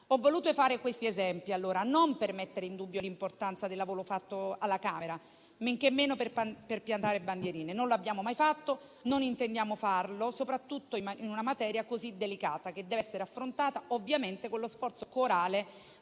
Ho voluto fare questi esempi non per mettere in dubbio l'importanza del lavoro fatto alla Camera, men che meno per piantare bandierine; non l'abbiamo mai fatto e non intendiamo farlo, soprattutto in una materia così delicata che deve essere affrontata con lo sforzo corale